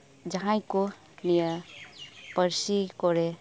ᱡᱟᱦᱟᱸᱭ ᱠᱩ ᱱᱤᱭᱟᱹ ᱯᱟᱹᱨᱥᱤ ᱠᱚᱨᱮ